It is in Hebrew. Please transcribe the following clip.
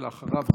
ואחריו,